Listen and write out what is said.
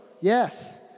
yes